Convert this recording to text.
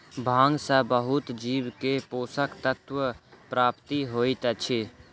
भांग सॅ बहुत जीव के पोषक तत्वक प्राप्ति होइत अछि